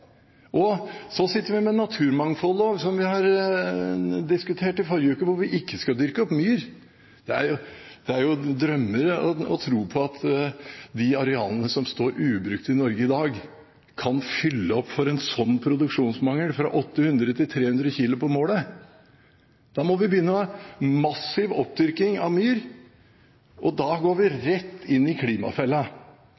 ikke. Så sitter vi med naturmangfoldloven, som vi diskuterte i forrige uke, hvor vi ikke skal dyrke opp myr. Det er jo å drømme å tro at de arealene som står ubrukt i Norge i dag, kan fylle opp en slik produksjonsmangel: fra 800 kg per mål til 300 kg per mål. Da må vi begynne en massiv oppdyrking av myr, og da går vi